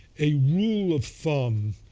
a rule of thumb